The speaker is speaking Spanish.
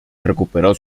recuperó